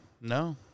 no